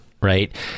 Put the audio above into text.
right